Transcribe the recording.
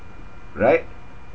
right